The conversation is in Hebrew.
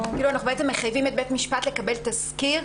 אנחנו בעצם מחייבים את בית משפט לקבל תסקיר